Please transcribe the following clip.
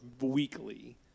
weekly